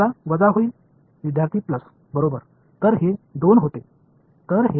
மாணவர் ப்ளஸ் இதன் மதிப்பு 2 ஆக ஆகின்றது